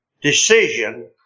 Decision